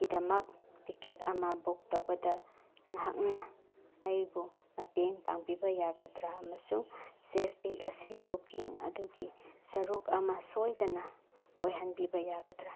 ꯀꯤꯗꯃꯛ ꯇꯤꯛꯀꯦꯠ ꯑꯃ ꯕꯨꯛ ꯇꯧꯕꯗ ꯅꯍꯥꯛꯅ ꯑꯩꯕꯨ ꯃꯇꯦꯡ ꯄꯥꯡꯕꯤꯕ ꯌꯥꯒꯗ꯭ꯔꯥ ꯑꯃꯁꯨꯡ ꯁꯦꯐꯄꯤꯛ ꯑꯁꯤ ꯕꯨꯛꯀꯤꯡ ꯑꯗꯨꯒꯤ ꯁꯔꯨꯛ ꯑꯃ ꯁꯣꯏꯗꯅ ꯑꯣꯏꯍꯟꯕꯤꯕ ꯌꯥꯒꯗ꯭ꯔꯥ